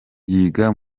yiga